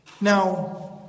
Now